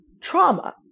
trauma